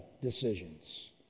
decisions